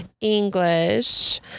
English